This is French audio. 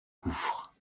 gouffres